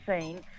seen